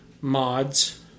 mods